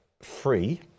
free